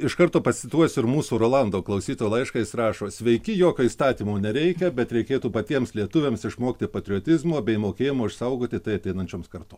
iš karto pacituosiu ir mūsų rolando klausytojo laišką jis rašo sveiki jokio įstatymo nereikia bet reikėtų patiems lietuviams išmokti patriotizmo bei mokėjimo išsaugoti tai ateinančioms kartom